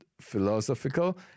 philosophical